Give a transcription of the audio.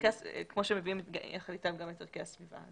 כמו שמביאים יחד אתם גם את ערכי הסביבה.